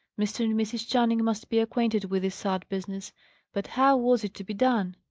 mr. and mrs. channing must be acquainted with this sad business but how was it to be done?